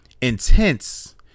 intense